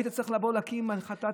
היית צריך להגיד: חטאתי,